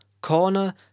corner